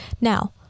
Now